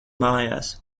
mājās